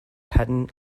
pattern